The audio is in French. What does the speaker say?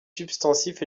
substantifs